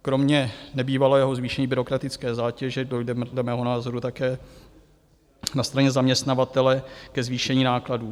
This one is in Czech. Kromě nebývalého zvýšení byrokratické zátěže dojde dle mého názoru také na straně zaměstnavatele ke zvýšení nákladů.